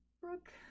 Brooke